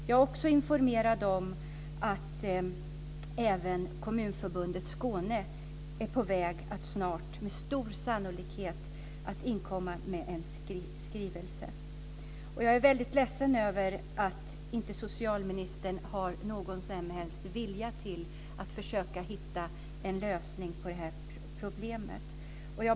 Jag är också informerad om att Kommunförbundet i Skåne med stor sannolikhet är på väg att inkomma med en skrivelse. Jag är ledsen över att socialministern inte visar någon som helst vilja att försöka hitta en lösning på problemet.